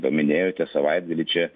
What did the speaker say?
paminėjote savaitgalį čia